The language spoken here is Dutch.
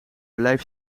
blijf